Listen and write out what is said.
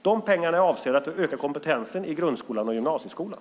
De pengarna är avsedda att öka kompetensen i grundskolan och gymnasieskolan.